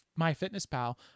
MyFitnessPal